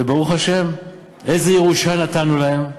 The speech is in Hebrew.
וברוך השם, איזו ירושה נתנו להם?